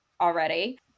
already